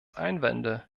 einwände